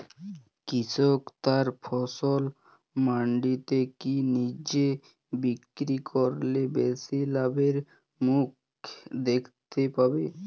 কৃষক তার ফসল মান্ডিতে না নিজে বিক্রি করলে বেশি লাভের মুখ দেখতে পাবে?